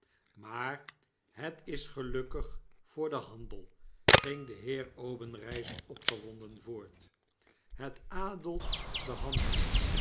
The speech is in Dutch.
maar het is gelukkig voor den handel ging de heer obenreizer opgewonden voort het adelt den handel